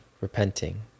repenting